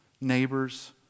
neighbors